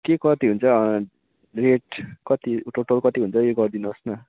के कति हुन्छ रेट कति टोटल कति हुन्छ उयो गरिदिनुहोस् न